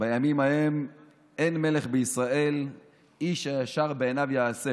"בימים ההם אין מלך בישראל איש הישר בעיניו יעשה".